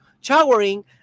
showering